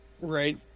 right